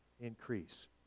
increase